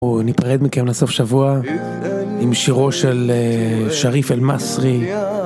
ניפרד מכם לסוף שבוע עם שירו של שריף אלמסרי.